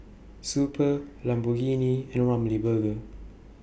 Super Lamborghini and Ramly Burger